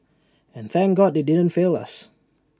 and thank God they didn't fail us